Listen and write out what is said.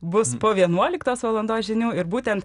bus po vienuoliktos valandos žinių ir būtent